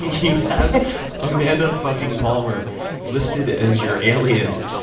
you have amanda fucking palmer listed as your alias,